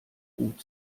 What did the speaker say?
gut